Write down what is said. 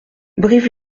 brive